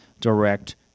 direct